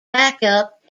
backup